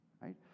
right